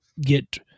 get